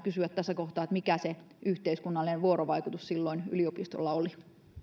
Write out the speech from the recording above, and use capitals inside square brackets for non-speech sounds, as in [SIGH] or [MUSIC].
[UNINTELLIGIBLE] kysyä tässä kohtaa mikä se yhteiskunnallinen vuorovaikutus silloin yliopistolla oli